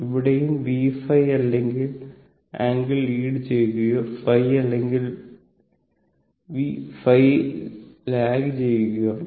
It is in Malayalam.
ഇവിടെയും v ϕ ആംഗിൾ ലീഡ് ചെയ്യുകയോ ϕ അല്ലെങ്കിൽ V ϕ ലാഗ് ചെയ്യുന്നതോ ആണ്